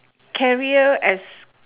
carrier as